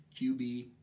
QB